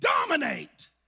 dominate